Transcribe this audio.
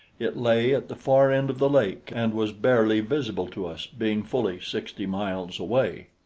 it lay at the far end of the lake and was barely visible to us, being fully sixty miles away.